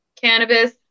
Cannabis